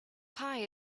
pie